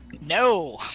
No